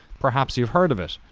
perhaps you've heard of it,